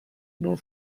nor